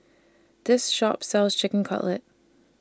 This Shop sells Chicken Cutlet